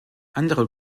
andere